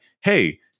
hey